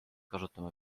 kasutama